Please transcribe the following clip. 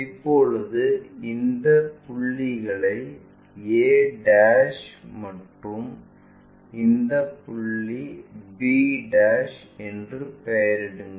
இப்போது இந்த புள்ளிகளை a மற்றும் இந்த புள்ளி b என்று பெயரிடுங்கள்